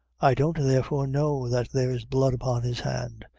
i don't, therefore, know that there's blood upon his hand.